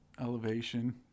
elevation